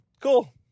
cool